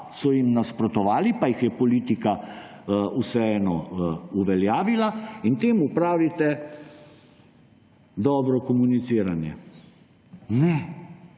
so jim nasprotovali, pa jih je politika vseeno uveljavila. In temu pravite dobro komuniciranje. Ne,